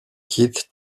keith